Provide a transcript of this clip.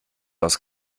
aus